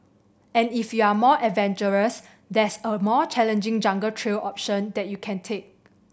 and if you're more adventurous there's a more challenging jungle trail option that you can take